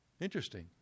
Interesting